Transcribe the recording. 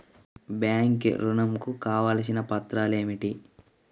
Bank ఋణం కు కావలసిన పత్రాలు ఏమిటి?